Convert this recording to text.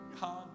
God